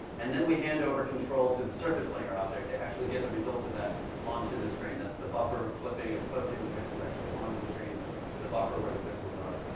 and then we hand over control to the surface flinger object to actually get the results of that onto the screen, that's the buffer flipping, it's posting the pixels actually onto the screen, the the buffer where the pixels are.